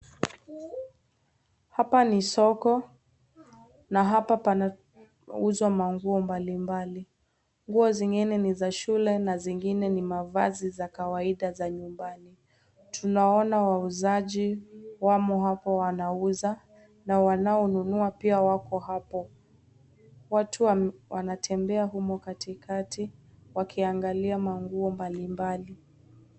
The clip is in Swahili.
Hapa ni soko na hapa panauzwa manguo mbalimbali, nguo zingine ni za shule na zingine ni mavazi za kawaida za nyumbani, tunaona wauzaji wamo hapo wanauza na wanaonunua pia wako hapo, watu wanatembea humo katikati wakiangalia manguo mbalimbali.